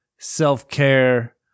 self-care